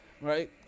right